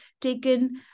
taken